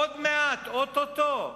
עוד מעט, או-טו-טו,